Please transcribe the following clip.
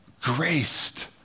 graced